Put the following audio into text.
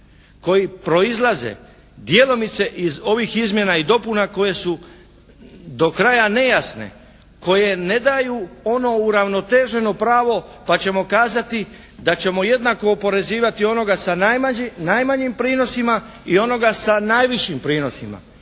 koji proizlaze djelomice iz ovih izmjena i dopuna koje su do kraja nejasne, koje ne daju ono uravnoteženo pravo pa ćemo kazati da ćemo jednako oporezivati onoga sa najmanjim prinosima i onoga sa najvišim prinosima